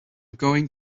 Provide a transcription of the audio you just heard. going